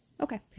Okay